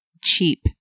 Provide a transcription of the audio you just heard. cheap